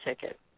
ticket